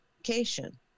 education